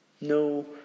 No